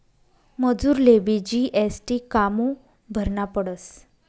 मजुरलेबी जी.एस.टी कामु भरना पडस?